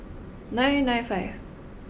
nine nine five